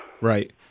Right